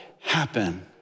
happen